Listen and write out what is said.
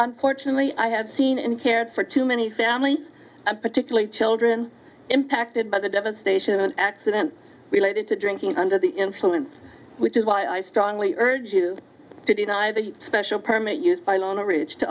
unfortunately i have seen and cared for too many family particularly children impacted by the devastation an accident related to drinking under the influence which is why i strongly urge you to deny the special permit used by